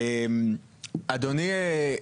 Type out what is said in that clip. אדוני,